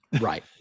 Right